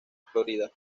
florida